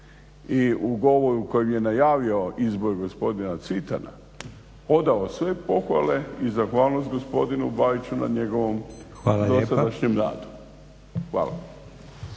i u govoru kojem je najavio izbor gospodina Cvitana odao sve pohvale i zahvalnost gospodinu Bajiću na njegovom dosadašnjem radu. Hvala.